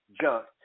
junk